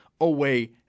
away